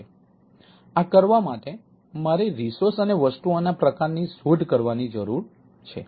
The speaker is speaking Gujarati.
તેથી આ કરવા માટે મારે રિસોર્સ અને વસ્તુઓના પ્રકારની શોધ કરવાની જરૂર છે